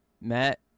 Matt